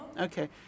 Okay